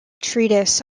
treatise